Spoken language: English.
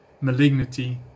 malignity